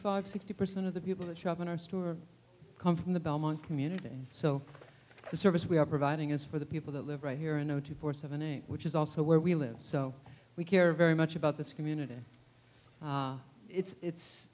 five sixty percent of the people that show up in our store come from the belmont community so the service we are providing is for the people that live right here in zero two four seven eight which is also where we live so we care very much about this community it's it's